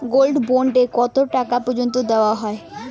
Gold bond এ কতো টাকা পর্যন্ত দেওয়া হয়?